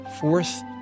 fourth